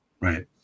right